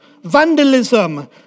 vandalism